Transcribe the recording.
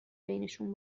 بینشون